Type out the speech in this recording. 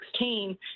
2016